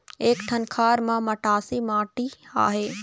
एक ठन खार म मटासी माटी आहे?